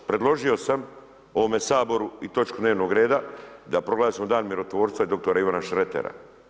Predložio sam ovome Saboru i točku dnevnog reda da proglasimo dan mirotvorca i doktora Ivana Šretera.